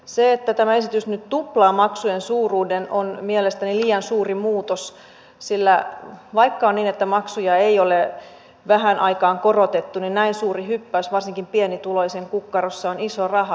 se että tämä esitys nyt tuplaa maksujen suuruuden on mielestäni liian suuri muutos sillä vaikka on niin että maksuja ei ole vähään aikaan korotettu niin näin suuri hyppäys varsinkin pienituloisen kukkarossa on iso raha